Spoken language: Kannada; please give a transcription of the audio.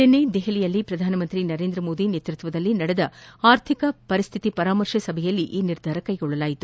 ನಿನ್ನೆ ದೆಹಲಿಯಲ್ಲಿ ಪ್ರಧಾನಮಂತ್ರಿ ನರೇಂದ್ರಮೋದಿ ನೇತೃತ್ವದಲ್ಲಿ ನಡೆದ ಆರ್ಥಿಕ ಪರಿಸ್ಲಿತಿ ಪರಾಮರ್ಶೆ ಸಭೆಯಲ್ಲಿ ಈ ನಿರ್ಧಾರ ಕ್ಷೆಗೊಳ್ಳಲಾಗಿದೆ